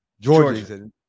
Georgia